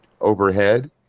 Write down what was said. overhead